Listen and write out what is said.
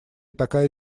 такая